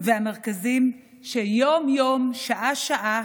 והמרכזים שיום-יום שעה-שעה